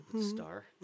Star